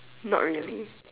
not really